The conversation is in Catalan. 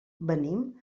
venim